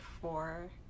four